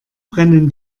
brennen